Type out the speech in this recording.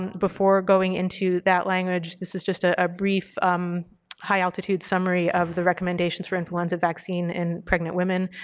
before going into that language, this is just a ah brief um high altitude summary of the recommendations for influenza vaccine in pregnant women.